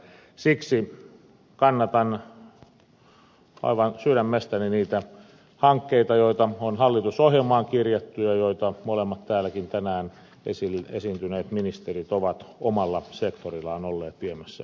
siksi kannatan aivan sydämestäni niitä hankkeita joita on hallitusohjelmaan kirjattu ja joita molemmat täälläkin tänään esiintyneet ministerit ovat omalla sektorillaan olleet viemässä eteenpäin